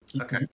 okay